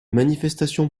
manifestations